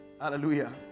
Hallelujah